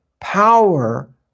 power